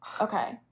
okay